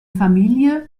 familie